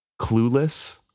clueless